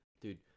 dude